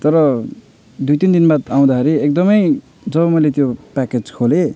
तर दुई तिन दिन बाद आउँदाखेरि एकदमै जब मैले त्यो प्याकेज खोलेँ